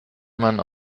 man